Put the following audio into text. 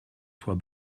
soit